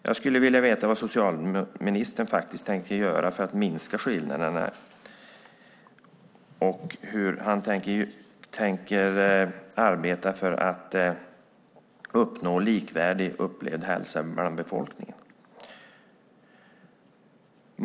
Jag skulle vilja veta vad socialministern tänker göra för att minska skillnaderna och hur han tänker arbeta för att uppnå likvärdig upplevd hälsa hos befolkningen.